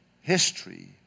history